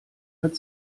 hat